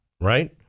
right